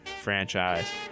franchise